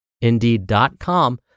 Indeed.com